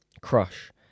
crush